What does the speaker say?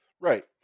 Right